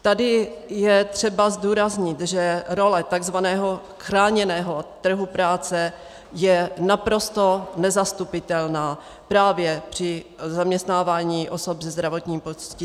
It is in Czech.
Tady je třeba zdůraznit, že role takzvaného chráněného trhu práce je naprosto nezastupitelná právě při zaměstnávání osob se zdravotním postižením.